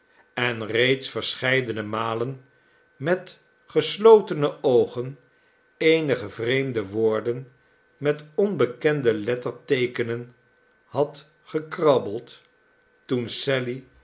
en reeds verscheidene malen met geslotene oogen eenige vreemde woorden met onbekende letterteekenen had gekrabbeld toen sally